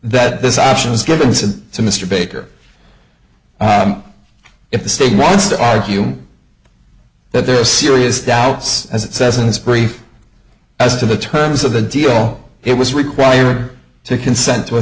this option was given since to mr baker if the state wants to argue that there are serious doubts as it says in this brief as to the terms of the deal it was required to consent to a